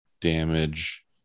Damage